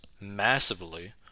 massively